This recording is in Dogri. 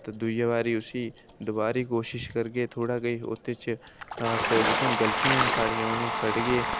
ते दूई बारी उसी दोबारी कोशश करगे थोह्ड़ा गै उ'दे च अस जेह्कियां गल्तियां न साढ़ियां उ'नें ई कढगे